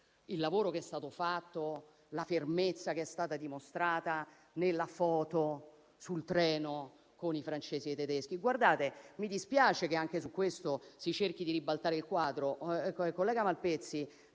il lavoro che è stato fatto e la fermezza che è stata dimostrata non si risolvono nella foto sul treno con i francesi e i tedeschi. Mi dispiace che anche su questo si cerchi di ribaltare il quadro.